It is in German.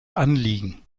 anliegen